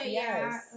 yes